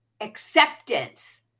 acceptance